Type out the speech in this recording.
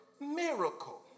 miracle